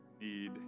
need